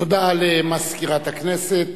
(תיקון, הארכת תקופת מאסר),